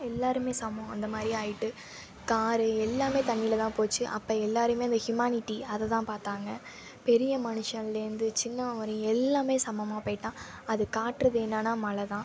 எல்லோருமே சமம் அந்தமாதிரி ஆகிட்டு காரு எல்லாம் தண்ணியில் தான் போச்சு அப்போ எல்லோருமே இந்த ஹுமனிட்டி அதை தான் பார்த்தாங்க பெரிய மனுஷன்லேருந்து சின்னவங்க வரையும் எல்லாம் சமமாக போயிட்டான் அதை காட்டுறது என்னன்னா மழை தான்